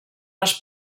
les